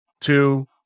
two